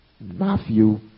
Matthew